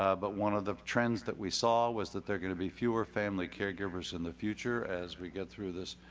ah but one of the trends that we saw was that there will be fewer family caregivers in the future as we get through this